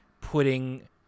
putting